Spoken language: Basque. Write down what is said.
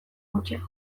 gutxiago